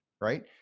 right